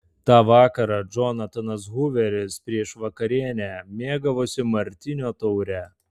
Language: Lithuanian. tą vakarą džonatanas huveris prieš vakarienę mėgavosi martinio taure